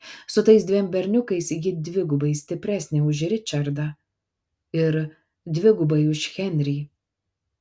su tais dviem berniukais ji dvigubai stipresnė už ričardą ir dvigubai už henrį